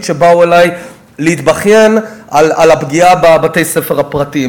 שבאו אלי להתבכיין על הפגיעה בבתי-הספר הפרטיים.